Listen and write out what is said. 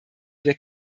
wir